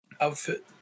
outfit